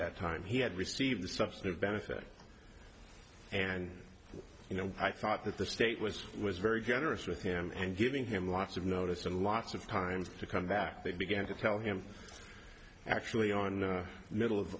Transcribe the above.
that time he had received the subsidy of benefit and you know i thought that the state was was very generous with him and giving him lots of notice and lots of times to come back they began to tell him actually on the middle of